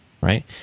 Right